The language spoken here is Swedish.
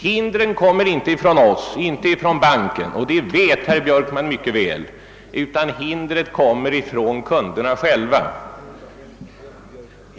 Hindren kommer inte från oss och inte från banken — det vet herr Björkman mycket väl — utan hindren kommer från kunderna själva.